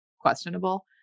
questionable